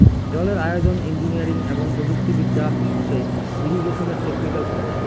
জলের আয়োজন, ইঞ্জিনিয়ারিং এবং প্রযুক্তি বিদ্যা হসে ইরিগেশনের টেকনিক্যাল সমস্যা